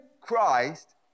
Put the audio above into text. Christ